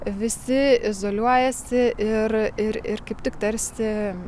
visi izoliuojasi ir ir ir kaip tik tarsi